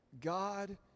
God